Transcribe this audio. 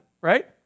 right